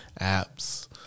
apps